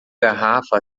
garrafa